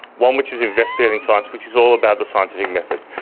one which is investigating science which is all about the scientific method.